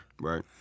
Right